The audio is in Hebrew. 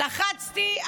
לחצתי,